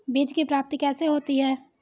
बीज की प्राप्ति कैसे होती है?